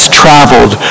traveled